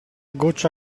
goccia